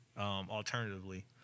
alternatively